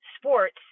sports